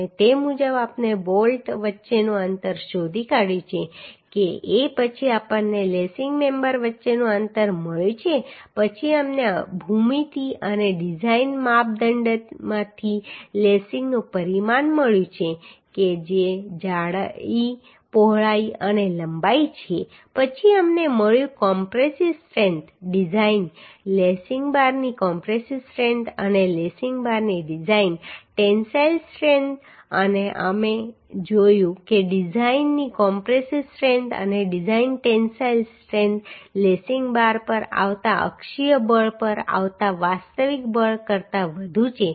અને તે મુજબ આપણે બોલ્ટ વચ્ચેનું અંતર શોધી કાઢ્યું છે કે a પછી આપણને લેસિંગ મેમ્બર વચ્ચેનું અંતર મળ્યું છે પછી અમને ભૂમિતિ અને ડિઝાઇન માપદંડમાંથી લેસિંગનું પરિમાણ મળ્યું છે જે જાડાઈ પહોળાઈ અને લંબાઈ છે પછી અમને મળ્યું કોમ્પ્રેસિવ સ્ટ્રેન્થ ડિઝાઇન લેસિંગ બારની કોમ્પ્રેસિવ સ્ટ્રેન્થ અને લેસિંગ બારની ડિઝાઇન ટેન્સાઇલ સ્ટ્રેન્થ અને અમે જોયું છે કે ડિઝાઇનની કોમ્પ્રેસિવ સ્ટ્રેન્થ અને design tensile strength lacing bar પર આવતા અક્ષીય બળ પર આવતા વાસ્તવિક બળ કરતાં વધુ છે